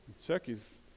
chuckys